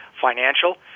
financial